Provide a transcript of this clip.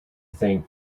think